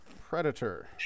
Predator